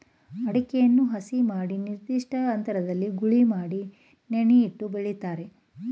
ಅಡಿಕೆಯನ್ನು ಸಸಿ ಮಾಡಿ ನಿರ್ದಿಷ್ಟ ಅಂತರದಲ್ಲಿ ಗೂಳಿ ಮಾಡಿ ನೆಟ್ಟು ಬೆಳಿತಾರೆ